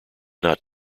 not